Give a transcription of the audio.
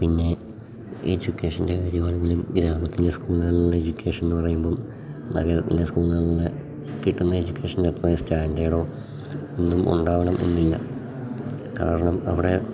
പിന്നെ എഡ്യൂക്കേഷൻ്റെ കാര്യം ആണെങ്കിലും ഗ്രാമത്തിലെ സ്കൂളുകളിലെ എഡ്യൂക്കേഷൻന്ന് പറയുമ്പം നഗരത്തിലെ സ്കൂളുകളിലെ കിട്ടുന്ന എഡ്യൂക്കേഷൻ്റെ അത്രയും സ്റ്റാൻഡേർഡോ ഒന്നും ഉണ്ടാകണം എന്നില്ല കാരണം അവിടെ